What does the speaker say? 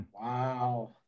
Wow